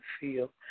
feel